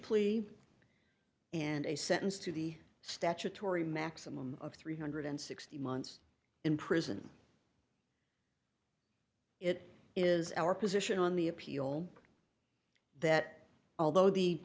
plea and a sentence to the statutory maximum of three hundred and sixty months in prison it is our position on the appeal that although the